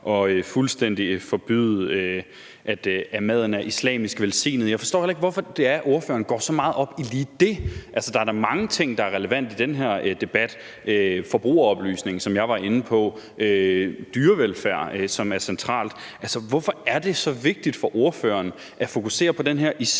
og fuldstændig forbyde, at maden er islamisk velsignet. Jeg forstår heller ikke, hvorfor ordføreren går så meget op i lige det. Der er da mange ting, der er relevante i den her debat, forbrugeroplysning, som jeg var inde på, dyrevelfærd, som er centralt, så hvorfor er det så vigtigt for ordføreren at fokusere på den her islamiske